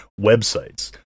websites